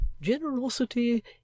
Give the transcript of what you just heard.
generosity